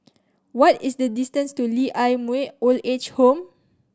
what is the distance to Lee Ah Mooi Old Age Home